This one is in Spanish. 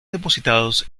depositados